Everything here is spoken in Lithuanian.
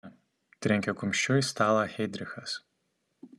ne trenkė kumščiu į stalą heidrichas